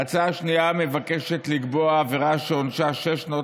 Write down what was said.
ההצעה השנייה מבקשת לקבוע עבירה שעונשה שש שנות